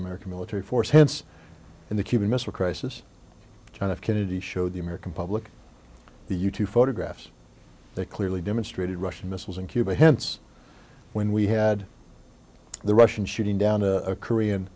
american military force hence in the cuban missile crisis john f kennedy showed the american public the u two photographs they clearly demonstrated russian missiles in cuba hence when we had the russian shooting down a korean